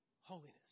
holiness